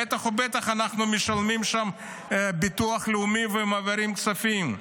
בטח ובטח אנחנו משלמים שם ביטוח לאומי ומעבירים כספים.